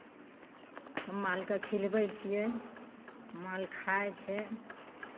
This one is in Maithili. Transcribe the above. मालकेँ खिलबै छियै माल खाइ छै